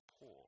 poor